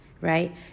right